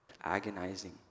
agonizing